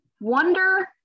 wonder